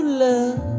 love